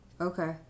okay